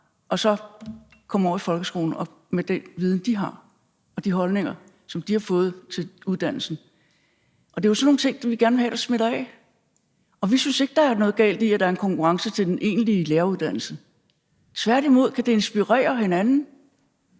og så kommer over i folkeskolen med den viden, de har, og de holdninger, som de har fået i uddannelsen. Det er jo sådan nogle ting, vi gerne vil have smitter af. Vi synes ikke, der er noget galt i, at der er en konkurrence til den egentlige læreruddannelse. Tværtimod kan de inspirere hinanden.